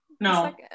No